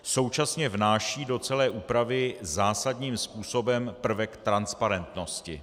Současně vnáší do celé úpravy zásadním způsobem prvek transparentnosti.